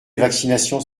vaccinations